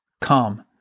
come